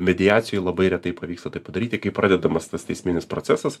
mediacijoj labai retai pavyksta tai padaryti kai pradedamas tas teisminis procesas